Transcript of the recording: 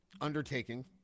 undertaking